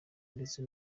ndetse